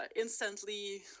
instantly